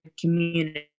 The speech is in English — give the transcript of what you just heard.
community